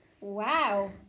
Wow